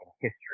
history